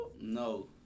no